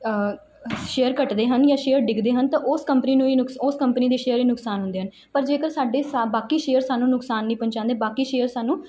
share ਘੱਟਦੇ ਹਨ ਜਾਂ ਸ਼ੇਅਰ ਡਿੱਗਦੇ ਹਨ ਤਾਂ ਉਸ ਕੰਪਨੀ ਨੂੰ ਹੀ ਨੁਕਸ ਉਸ ਕੰਪਨੀ ਦੀ ਸ਼ੇਅਰ ਹੀ ਨੁਕਸਾਨ ਹੁੰਦੇ ਹਨ ਪਰ ਜੇਕਰ ਸਾਡੇ ਸਾਹ ਬਾਕੀ ਸ਼ੇਅਰ ਸਾਨੂੰ ਨੁਕਸਾਨ ਨਹੀਂ ਪਹੁੰਚਾਉਂਦੇ ਬਾਕੀ ਸ਼ੇਅਰ ਸਾਨੂੰ